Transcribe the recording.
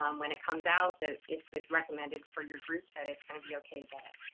um when it comes out that if it's recommended for your group, that it's going to be ok to get it.